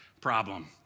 problem